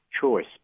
choice